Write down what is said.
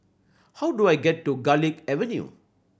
how do I get to Garlick Avenue